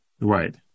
Right